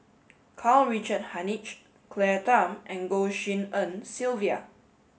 Karl Richard Hanitsch Claire Tham and Goh Tshin En Sylvia